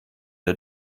der